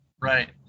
Right